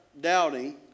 doubting